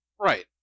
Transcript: Right